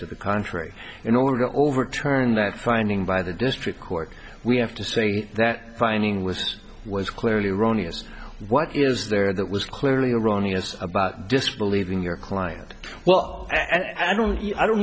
to the contrary in order to overturn that finding by the district court we have to say that finding was was clearly erroneous what is there that was clearly erroneous about disbelieving your client well i don't i don't